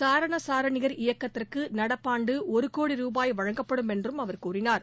சாரண சாரணியர் இயக்கத்திற்குநடப்பாண்டுஒருகோடி ரூபாய் வழங்கப்படும் என்றும் அவர் தெரிவித்தார்